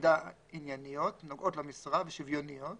ענייניות, נוגעות למשרה ושוויוניות